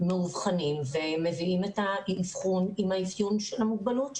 מאובחנים ומביאים את האבחון עם האפיון של המוגבלות שלהם.